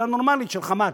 אלא נורמלית, של "חמת"